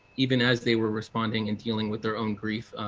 even as they were responding in dealing with their own grief.